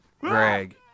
Greg